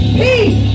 peace